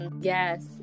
Yes